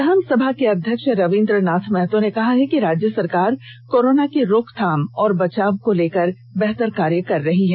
विधानसभा के अध्यक्ष रवींद्र नाथ महतो कहा है कि राज्य सरकार कोरोना की रोकथाम और बचाव को लेकर बेहतर कार्य कर रही है